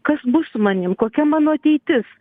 kas bus su manim kokia mano ateitis